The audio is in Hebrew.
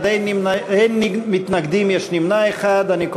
לדיון מוקדם בוועדה שתקבע ועדת הכנסת נתקבלה.